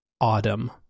Autumn